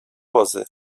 pozy